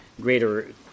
greater